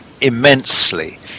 immensely